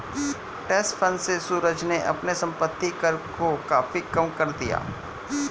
trust fund से सूरज ने अपने संपत्ति कर को काफी कम कर दिया